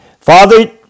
Father